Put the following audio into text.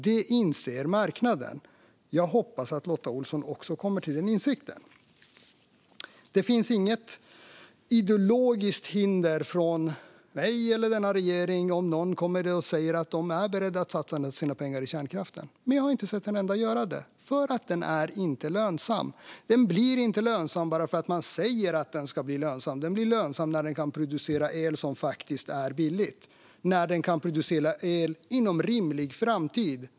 Detta inser marknaden. Jag hoppas att även Lotta Olsson kommer till samma insikt. Det finns inget ideologiskt hinder från mig eller regeringen om någon kommer och säger att man är beredd att satsa sina pengar på kärnkraft, men jag har inte sett någon göra det. Den är nämligen inte lönsam. Den blir inte lönsam bara för att man säger att den ska bli lönsam. Den blir lönsam när den kan producera el som är billig och när den kan producera el inom en rimlig framtid.